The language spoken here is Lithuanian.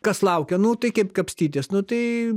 kas laukia nu tai kaip kapstytis nu tai